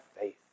faith